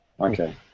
Okay